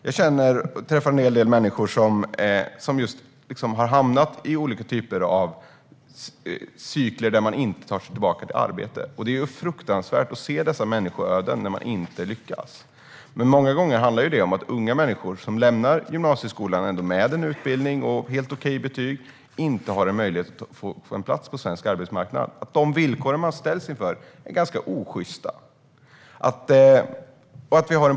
Jag träffar en hel del människor som har hamnat i olika cykler där de inte lyckas ta sig tillbaka till arbete. Det är fruktansvärt att se dessa människoöden. Många gånger handlar det om att unga människor som lämnar gymnasieskolan med helt okej betyg inte får en chans på svensk arbetsmarknad och att de villkor de ställs för är ganska osjysta.